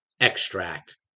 extract